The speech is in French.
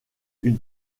une